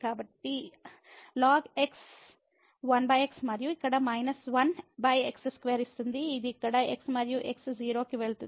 కాబట్టి ln x 1x మరియు ఇక్కడ 1x2ఇస్తుంది ఇది ఇక్కడ x మరియు x 0 కి వెళుతుంది